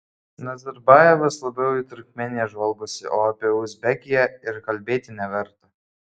nazarbajevas labiau į turkmėniją žvalgosi o apie uzbekiją ir kalbėti neverta